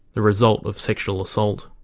the result of sexual assault.